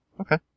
Okay